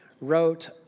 wrote